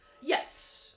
Yes